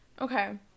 Okay